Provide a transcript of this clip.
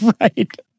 Right